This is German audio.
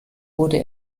wurde